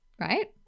right